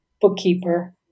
bookkeeper